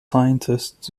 scientists